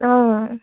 অঁ